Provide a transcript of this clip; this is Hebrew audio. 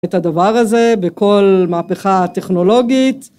את הדבר הזה בכל מהפכה הטכנולוגית.